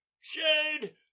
Shade